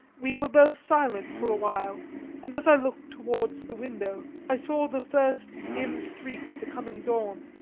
we were both silent for a while and as i looked towards the window i saw the first dim streak of the coming dawn.